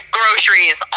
groceries